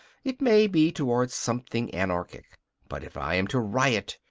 it may be towards something anarchic but if i am to riot,